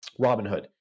Robinhood